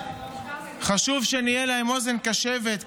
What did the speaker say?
חשוב שנהיה להם אוזן קשבת,